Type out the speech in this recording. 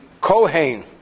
Kohen